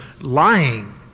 lying